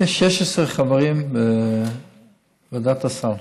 יש 16 חברים בוועדת הסל.